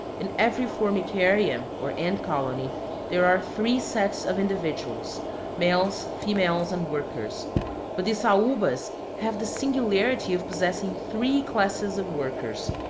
in every formicarium or ant colony there are three sets of individuals males, females, and workers but the saubas have the singularity of possessing three classes of workers.